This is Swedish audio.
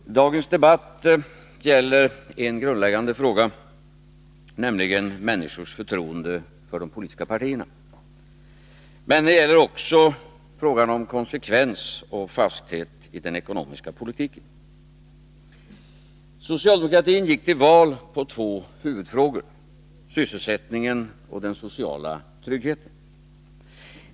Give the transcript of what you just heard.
Herr talman! Dagens debatt gäller en grundläggande fråga, nämligen människors förtroende för de politiska partierna. Men det gäller också frågan om konsekvens och fasthet i den ekonomiska politiken. Socialdemokratin gick till val på två huvudfrågor: sysselsättningen och den sociala tryggheten.